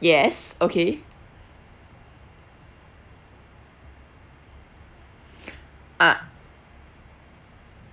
yes okay ah